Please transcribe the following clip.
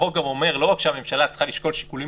החוק גם אומר לא רק שהממשלה צריכה לשקול שיקולים